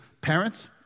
parents